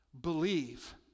believe